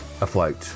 afloat